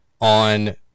on